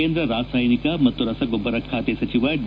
ಕೇಂದ್ರ ರಾಸಾಯಿನಿಕ ಮತ್ತು ರಸಗೊಬ್ಬರ ಖಾತೆ ಸಚಿವ ಡಿ